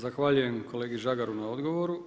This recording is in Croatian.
Zahvaljujem kolegi Žagaru na odgovoru.